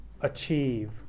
achieve